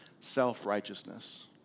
self-righteousness